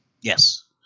Yes